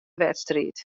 wedstriid